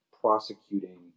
prosecuting